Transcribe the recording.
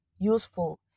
useful